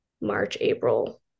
March-April